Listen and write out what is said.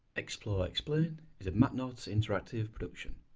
explore explode is a magnet's interactive production